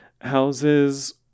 houses